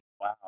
Wow